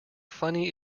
funny